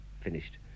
finished